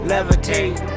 Levitate